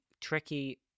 tricky